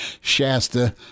Shasta